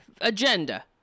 agenda